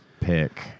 pick